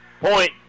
point